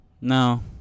No